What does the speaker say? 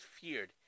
feared